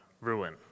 ruin